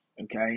okay